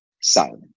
silent